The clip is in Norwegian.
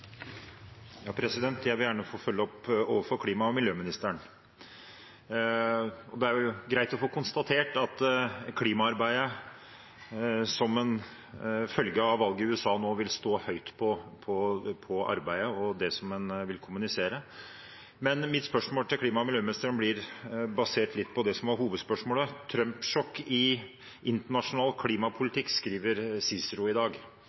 Jeg vil gjerne få følge opp overfor klima- og miljøministeren. Det er greit å få konstatert at klimaarbeidet, som en følge av valget i USA, nå vil stå høyt på listen over det som en vil kommunisere. Mitt spørsmål til klima- og miljøministeren baserer seg litt på det som var hovedspørsmålet og det CICERO i dag skriver: «Trumpsjokk i